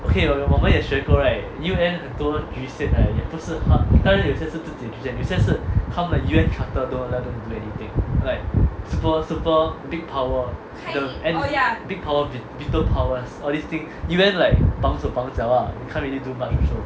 okay 我们也学过 right U_N 很多局限 right 也不是当然有些是自己的局限有些是他们的 U_N charter don't let 他们 do anything like super super big power the big power biggest power U_N like 绑手绑脚 lah can't really do much also